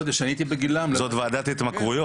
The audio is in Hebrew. אנחנו --- כשהייתי בגילם הייתי --- זו ועדה של התמכרויות.